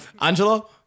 Angelo